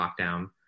lockdown